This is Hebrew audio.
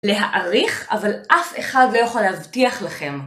להעריך, אבל אף אחד לא יכול להבטיח לכם.